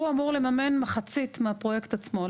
הוא אמור לממן מחצית מהפרויקט עצמו.